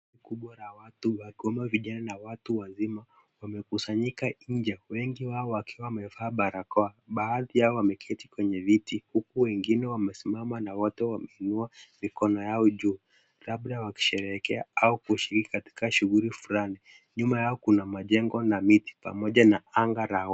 Ukubwa la watu ikiwemo vijana na watu wazima wamekusanyika nje. Wengi wao wakiwa wamevaa barakoa baadhi yao wameketi kwenye viti huku wengine wamesimama na wote wameinua mikono Yao juu, labda wakisherehekea au kushiriki katika shughuli fulani. Nyuma yao kuna majengo na miti pamoja na anga.